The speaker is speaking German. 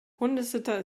hundesitter